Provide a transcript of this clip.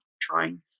trying